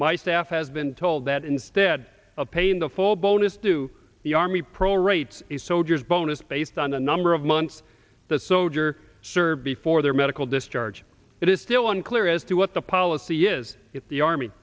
my saf has been told that instead of paying the full bonus to the army proliferates the soldiers bonus based on the number of months the soldier served before their medical discharge it is still unclear as to what the policy is at the army